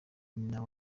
nyina